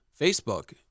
Facebook